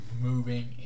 moving